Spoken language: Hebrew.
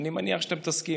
אני מניח שאתם תסכימו.